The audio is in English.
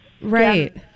Right